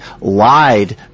lied